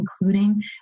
including